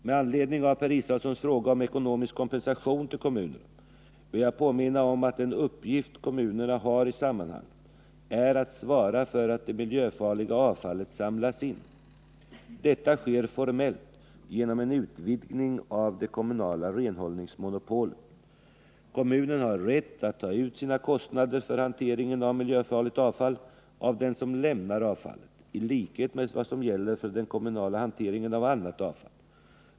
Med anledning av Per Israelssons fråga om ekonomisk kompensation till kommunerna vill jag påminna om att kommunernas uppgift i sammanhanget är att svara för att det miljöfarliga avfallet samlas in. Detta sker formellt genom en utvidgning av det kommunala renhållningsmonopolet. Kommunen har rätt att ta ut sina kostnader för hanteringen av miljöfarligt avfall av den som lämnar avfallet i likhet med vad som gäller för den kommunala hanteringen av annat avfall.